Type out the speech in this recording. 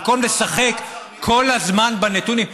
במקום לשחק כל הזמן בנתונים,